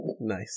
Nice